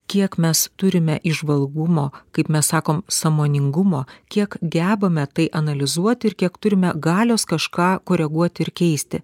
kiek mes turime įžvalgumo kaip mes sakom sąmoningumo kiek gebame tai analizuoti ir kiek turime galios kažką koreguoti ir keisti